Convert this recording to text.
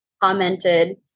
commented